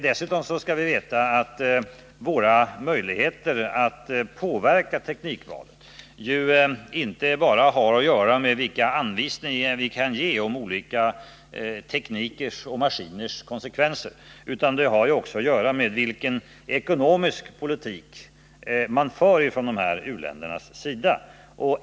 Dessutom skall vi veta att våra möjligheter att påverka teknikvalet inte bara har att göra med vilka anvisningar vi kan ge om olika teknikers konsekvenser, utan det har också att göra med vilken ekonomisk politik man för från u-ländernas sida.